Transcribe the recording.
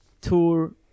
tour